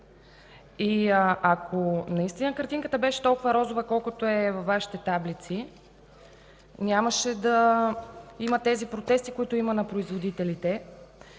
И ако наистина картинката беше толкова розова, колкото е във Вашите таблици, нямаше да има тези протести на производителите,